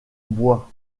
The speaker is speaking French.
bois